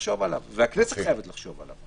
והכנסת חייבת לחשוב עליו.